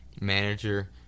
manager